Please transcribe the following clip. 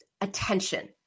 attention